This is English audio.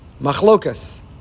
Machlokas